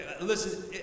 Listen